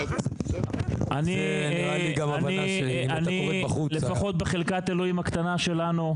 אני, לפחות בחלקת הה' הקטנה שלנו,